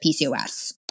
PCOS